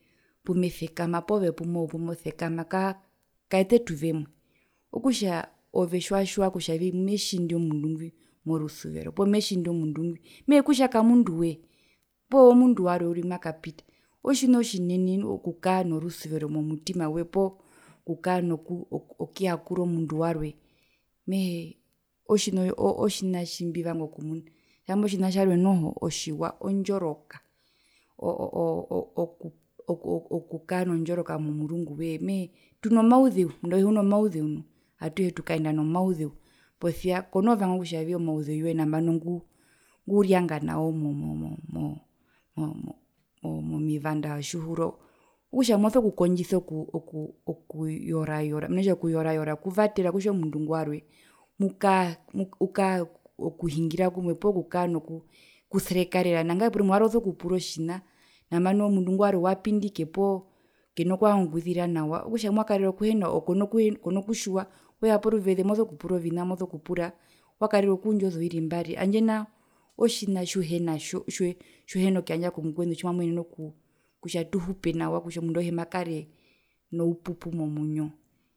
Pumesekama poo ove pumosekama kaa kawete tuvemwe, okutja ove tjiwatjiwa kutja metjindi omundu ngwi mehee kutja kamunduwee poo mundu warwe uriri makapita otjina tjinene nu okukaa norusuvero momutimawe poo kukaa nokuu okuyakura omudnu warwe mehee otjina otji otjina tjimbivanga okumuna hambo tjina tjarwe noho otjiwa ondjoroka oo oo okukaa nondjoroka momurunguwee mehee tunomauzeu omundu auhe uno mauzeu nu atuhe tukaenda nomauzeu posia konovanga kutja nambano onguu ongurianga nao mo mo mo mo mo mo momivanda vyo tjihuro okutja moso kukondjisa oku oku oku okuyora yora mena kutja okuyora yora kuvatera kutja omundu ingo warwe ukaa ukaa okuhungira kumwe poo kukaa nokuserekarera nangae porumwe wari amoso kupura otjina nambano mundu ngo warwe wapindike poo kena kuvanga okukuzira nawa okutja mwakarira okuheno kono kutjiwa weya poruveze moso kupura ovina mbimosokupura wakarira okuundja ozoiri mbari handje nao otjina tjiuhenatjo tju tju tjiuhena kuyandja komukwenu tjimamuyene ku kutja tuhupe nawa kutja omundu auhe makare noupupu momwinyo.